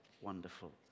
wonderful